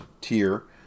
tier